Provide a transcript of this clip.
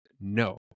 no